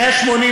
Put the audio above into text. עדיין יש מחסור.